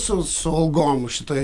su su algom šitoje